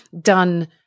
done